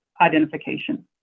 identification